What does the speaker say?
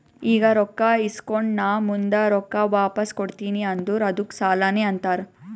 ಈಗ ರೊಕ್ಕಾ ಇಸ್ಕೊಂಡ್ ನಾ ಮುಂದ ರೊಕ್ಕಾ ವಾಪಸ್ ಕೊಡ್ತೀನಿ ಅಂದುರ್ ಅದ್ದುಕ್ ಸಾಲಾನೇ ಅಂತಾರ್